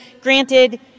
granted